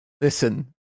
listen